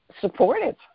supportive